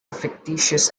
fictitious